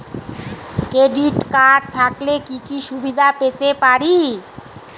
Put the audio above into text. Credit card থাকলে কি কি সুবিধা পেতে পারি?